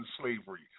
slavery